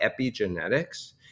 epigenetics